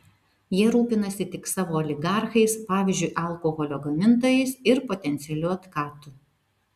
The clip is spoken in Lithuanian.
jie rūpinasi tik savo oligarchais pavyzdžiui alkoholio gamintojais ir potencialiu otkatu